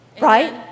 Right